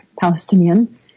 Palestinian